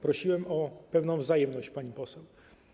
Prosiłem o pewną wzajemność, pani poseł.